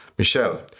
Michelle